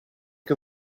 che